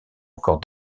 encore